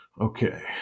Okay